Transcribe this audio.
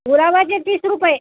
गुलाबाचे तीस रुपये